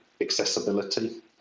accessibility